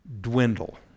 dwindle